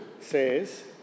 says